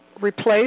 replace